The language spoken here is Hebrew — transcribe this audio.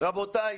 רבותיי,